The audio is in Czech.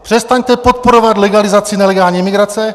Přestaňte podporovat legalizaci nelegální imigrace!